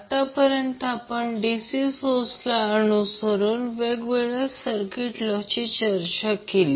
आत्तापर्यंत आपण DC सोर्सला अनुसरून वेगवेळ्या सर्किट लॉ ची चर्चा केली